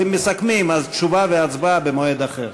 אז אם מסכמים, תשובה והצבעה במועד אחר.